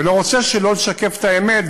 ולא רוצה שלא לשקף את האמת,